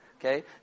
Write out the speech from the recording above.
okay